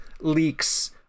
leaks